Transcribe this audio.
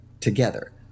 together